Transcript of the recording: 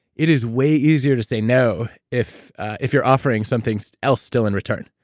it is way easier to say no if if you're offering something so else still in return.